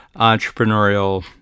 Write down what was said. entrepreneurial